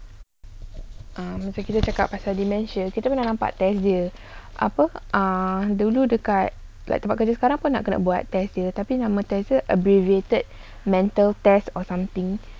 um bila kita cakap pasal dementia kita pernah nampak test dia apa um dulu dekat tempat kerja sekarang kena buat dia tapi nama test abbreviated mental test or something